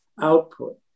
output